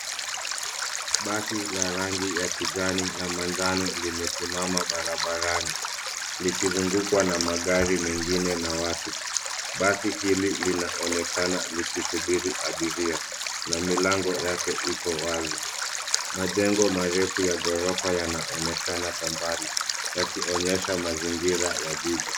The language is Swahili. Basi la rangi ya kijani na manjano limesimama barabarani likizungukwa na magari mengine na watu. Basi hili linaonekana likisubiri abiria na milango yake iko wazi. Majengo marefu ya ghorofa yanaonekana kwa mbali yakionyesha mazingira ya jiji.